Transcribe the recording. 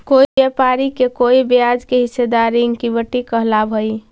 कोई व्यापारी के कोई ब्याज में हिस्सेदारी इक्विटी कहलाव हई